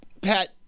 Pat